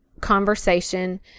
conversation